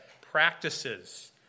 practices